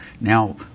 Now